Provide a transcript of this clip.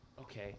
okay